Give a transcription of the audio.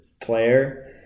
player